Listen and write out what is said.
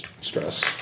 stress